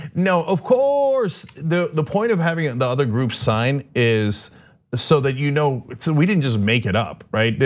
no, of course, the the point of having and the other groups sign is so that you know we didn't just make it up, right?